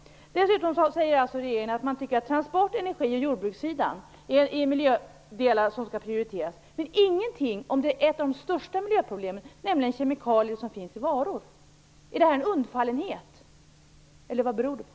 Dessutom säger regeringen att transport-, energioch jordbruksfrågor är miljöområden som skall prioriteras, men man säger ingenting om ett av de största miljöproblemen, nämligen de kemikalier som finns i varor. Är det här undfallenhet, eller vad beror det på?